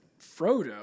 Frodo